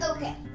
Okay